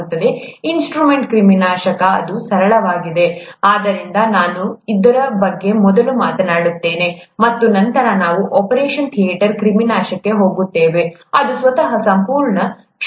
instrument ಕ್ರಿಮಿನಾಶಕ ಅದು ಸರಳವಾಗಿದೆ ಆದ್ದರಿಂದ ನಾನು ಅದರ ಬಗ್ಗೆ ಮೊದಲು ಮಾತನಾಡುತ್ತೇನೆ ಮತ್ತು ನಂತರ ನಾವು ಆಪರೇಷನ್ ಥಿಯೇಟರ್ ಕ್ರಿಮಿನಾಶಕಕ್ಕೆ ಹೋಗುತ್ತೇವೆ ಅದು ಸ್ವತಃ ಸಂಪೂರ್ಣ ಕ್ಷೇತ್ರವಾಗಿದೆ